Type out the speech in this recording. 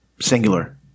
Singular